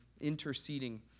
interceding